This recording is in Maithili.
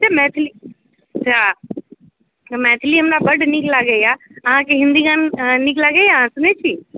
तऽ मैथिली अच्छा मैथिली हमरा बड्ड नीक लागैए अहाँके हिन्दी गाना नीक लागैए अहाँ सुनैत छी